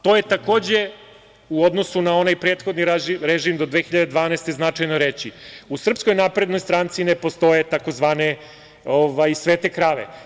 To je, takođe u odnosu na onaj prethodni režim do 2012. značajno reći, u SNS ne postoje tzv. svete krave.